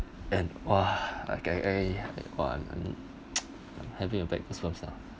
and !wah! okay eh !wah! I'm having a bad goosebumps ah